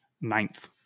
ninth